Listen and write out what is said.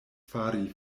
fari